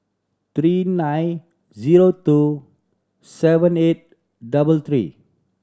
three nine zero two seven eight double three